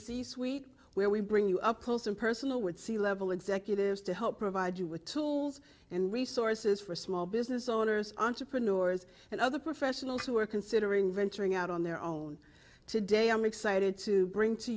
where we bring you up close and personal with c level executives to help provide you with and resources for small business owners entrepreneurs and other professionals who are considering venturing out on their own today i'm excited to bring to